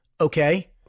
okay